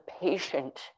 patient